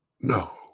No